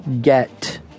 get